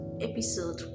episode